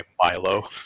Milo